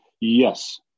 Yes